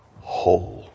whole